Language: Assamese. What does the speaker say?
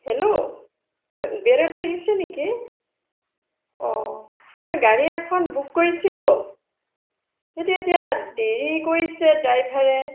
হেল্ল' এই উবেৰত লাগিছে নেকি অঁ মই গাড়ী এখন বুক কৰিছিলোঁ কিন্তু এতিয়া দেৰি কৰিছে ড্ৰাইভাৰে